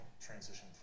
transition